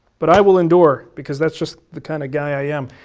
but i will endure because that's just the kind of guy i am.